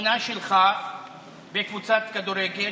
תמונה שלך בקבוצת כדורגל.